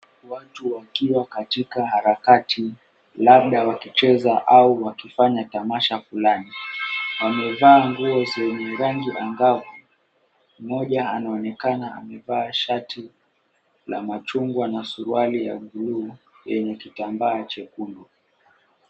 Watu wakiwa katika harakati labda wakicheza au wakifanya tamasha fulani, wamevaa nguo zenye rangi angavu, mmoja anaonekana amevaa shati la machungwa na suruali ya bluu yenye kitambaa chekundu.